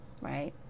right